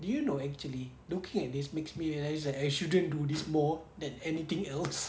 do you know actually looking at this makes me realise that I shouldn't do this more than anything else